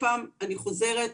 אני חוזרת שוב,